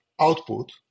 output